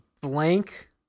blank